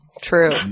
true